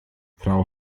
frau